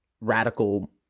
radical